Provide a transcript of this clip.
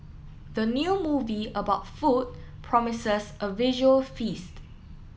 the new movie about food promises a visual feast